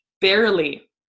barely